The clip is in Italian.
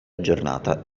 giornata